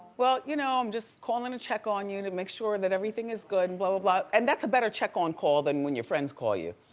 well you know, i'm just, calling to check on you, to make sure and that everything is good, and bla bla bla. and that's a better check on call than when your friends call you.